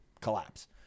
collapse